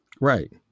Right